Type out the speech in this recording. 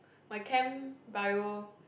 my chem bio